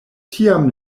tiam